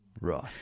Right